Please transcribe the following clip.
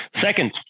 Second